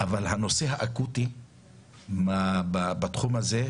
אבל הנושא האקוטי בתחום הזה,